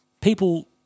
people